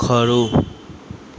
ખરું